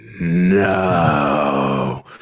no